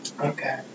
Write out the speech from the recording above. Okay